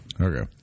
Okay